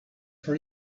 for